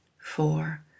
four